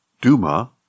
Duma